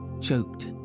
choked